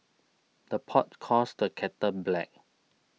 the pot calls the kettle black